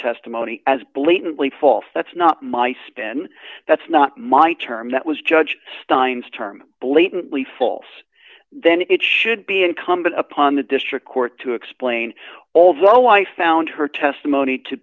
testimony as blatantly false that's not my spin that's not my term that was judge stein's term blatantly false then it should be incumbent upon the district court to explain although i found her testimony to